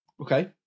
Okay